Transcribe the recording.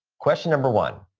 question number one,